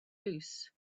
loose